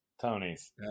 Tony's